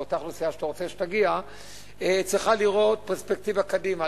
ואותה אוכלוסייה שאתה רוצה שתגיע צריכה לראות פרספקטיבה קדימה.